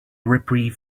reprieve